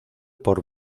por